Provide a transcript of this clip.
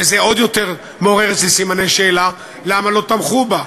זה עוד יותר מעורר אצלי סימני שאלה: למה לא תמכו בה?